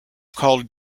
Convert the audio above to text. called